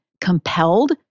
compelled